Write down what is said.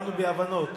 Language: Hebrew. באנו בהבנות.